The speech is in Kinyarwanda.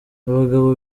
abagabo